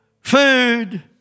food